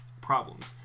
problems